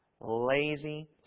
lazy